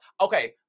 okay